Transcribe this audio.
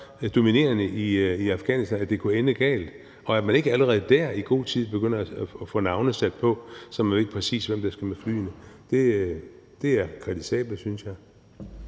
dominerende i Afghanistan, at det kunne ende galt. Og at man ikke allerede der i god tid begynder at få sat navne på, så man ved, præcis hvem der skal med flyene, er kritisabelt, synes jeg.